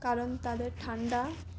কারণ তাদের ঠান্ডা